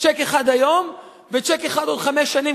צ'ק אחד היום וצ'ק אחד בעוד חמש שנים,